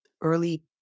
early